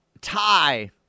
tie